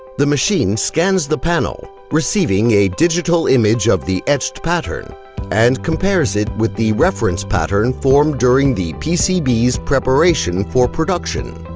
the machine scans the panel, receiving a digital image of etched pattern and compares it with the reference pattern formed during the pcb's preparation for production.